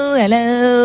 hello